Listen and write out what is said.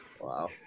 Wow